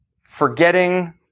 Forgetting